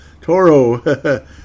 Toro